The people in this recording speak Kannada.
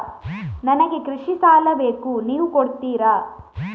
ನನಗೆ ಕೃಷಿ ಸಾಲ ಬೇಕು ನೀವು ಕೊಡ್ತೀರಾ?